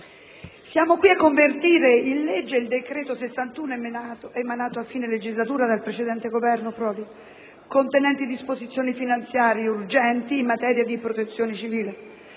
siamo qui a convertire in legge il decreto-legge n. 61, emanato a fine legislatura dal precedente Governo Prodi, contenente disposizioni finanziarie urgenti in materia di protezione civile,